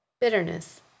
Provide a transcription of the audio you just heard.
bitterness